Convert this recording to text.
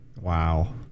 Wow